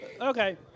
okay